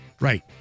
Right